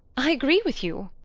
i agree with you.